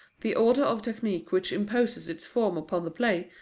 the order of technique which imposes its form upon the play,